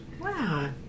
wow